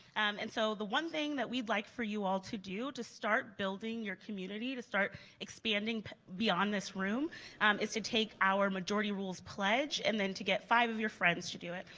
and so the one thing that we'd like for you all to do to start building your community, to start expanding beyond this room is to take our majority rules pledge and to get five of your friends to do it.